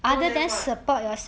more than what